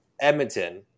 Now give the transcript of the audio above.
Edmonton